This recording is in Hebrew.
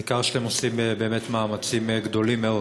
ניכר שאתם עושים באמת מאמצים גדולים מאוד